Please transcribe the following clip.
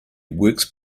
works